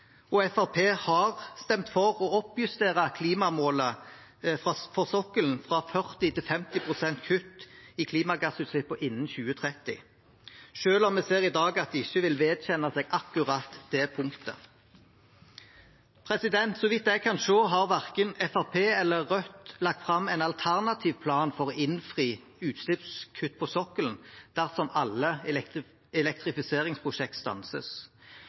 og Fremskrittspartiet har stemt for å oppjustere klimamålet for sokkelen fra 40 pst. til 50 pst. kutt i klimagassutslippene innen 2030, selv om vi i dag ser at de ikke vil vedkjenne seg akkurat det punktet. Så vidt jeg kan se, har verken Fremskrittspartiet eller Rødt lagt fram en alternativ plan for å innfri utslippskutt på sokkelen dersom alle elektrifiseringsprosjekter stanses.